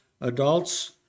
adults